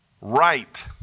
right